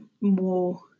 more